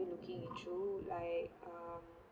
looking into like um